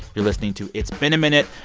you're listening to it's been a minute.